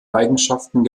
eigenschaften